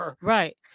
right